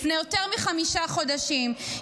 לפני יותר מחמישה חודשים,